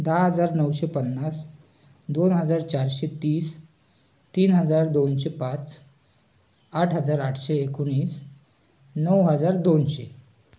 दहा हजार नऊशे पन्नास दोन हजार चारशे तीस तीन हजार दोनशे पाच आठ हजार आठशे एकोणीस नऊ हजार दोनशे